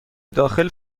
داخل